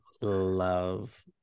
love